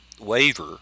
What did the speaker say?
waiver